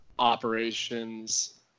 operations